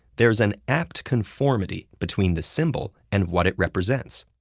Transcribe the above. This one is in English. there's an apt conformity between the symbol and what it represents.